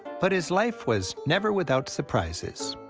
but his life was never without surprises.